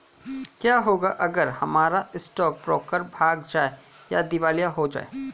क्या होगा अगर हमारा स्टॉक ब्रोकर भाग जाए या दिवालिया हो जाये?